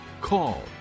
call